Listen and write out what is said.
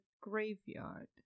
graveyard